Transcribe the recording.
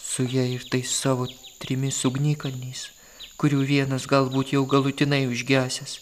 su ja ir tais savo trimis ugnikalniais kurių vienas galbūt jau galutinai užgesęs